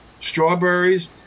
Strawberries